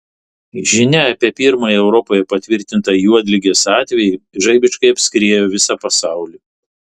žinia apie pirmąjį europoje patvirtintą juodligės atvejį žaibiškai apskriejo visą pasaulį